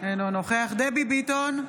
אינו נוכח דבי ביטון,